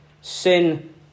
sin